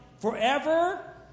Forever